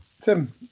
Tim